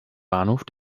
bahnhof